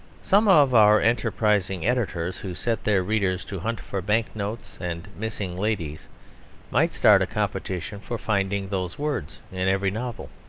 some of our enterprising editors who set their readers to hunt for banknotes and missing ladies might start a competition for finding those words in every novel.